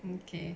okay